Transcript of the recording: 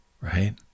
right